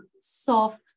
soft